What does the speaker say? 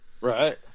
right